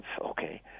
Okay